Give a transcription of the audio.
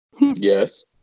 Yes